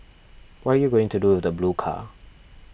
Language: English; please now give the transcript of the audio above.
what are you going to do with the blue car